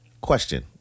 question